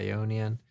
Ionian